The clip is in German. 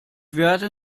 werde